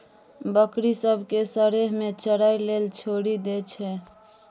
बकरी सब केँ सरेह मे चरय लेल छोड़ि दैत छै